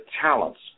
talents